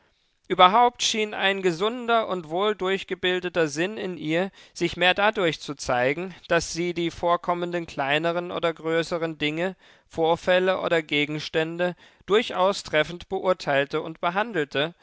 überhaupt schien ein gesunder und wohldurchgebildeter sinn in ihr sich mehr dadurch zu zeigen daß sie die vorkommenden kleineren oder größeren dinge vorfälle oder gegenstände durchaus treffend beurteilte und behandelte